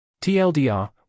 TLDR